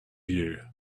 you